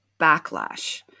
backlash